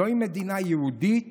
זוהי מדינה יהודית